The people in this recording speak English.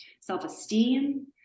self-esteem